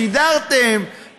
סידרתם,